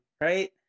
right